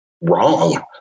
wrong